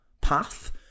path